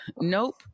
Nope